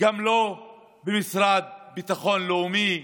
ולא במשרד לביטחון לאומי,